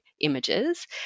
images